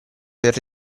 per